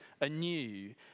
anew